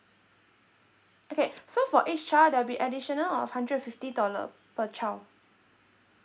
okay so for each child there'll be additional of hundred and fifty dollar per child